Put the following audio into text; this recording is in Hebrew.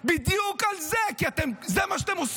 בדיוק על זה, כי זה מה שאתם,